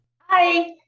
Hi